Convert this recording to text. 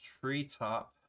Treetop